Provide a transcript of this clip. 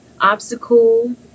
obstacle